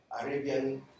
Arabian